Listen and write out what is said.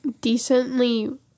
decently